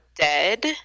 dead